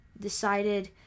decided